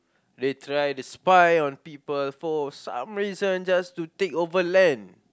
they try to spy on people for some reason just to take over land